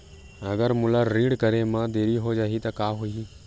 अगर मोला ऋण करे म देरी हो जाहि त का होही?